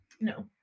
No